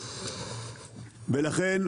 ולכן,